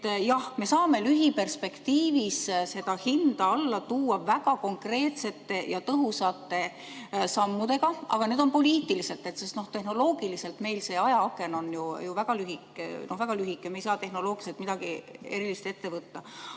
me saame lühiperspektiivis seda hinda alla tuua väga konkreetsete ja tõhusate sammudega, aga need on poliitilised. Tehnoloogilises mõttes on meil see ajaaken ju väga lühike, väga lühike, me ei saa tehnoloogiliselt midagi erilist ette võtta.